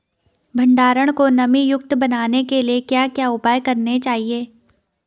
भंडारण को नमी युक्त बनाने के लिए क्या क्या उपाय करने चाहिए?